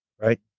right